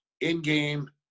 in-game